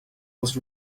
was